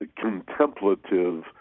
contemplative